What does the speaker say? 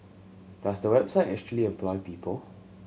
does the website actually employ people